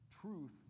truth